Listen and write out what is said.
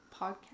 Podcast